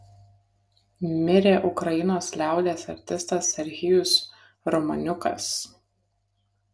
mirė ukrainos liaudies artistas serhijus romaniukas